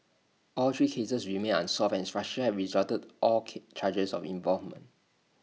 all three cases remain unsolved and Russia rejected all K charges of involvement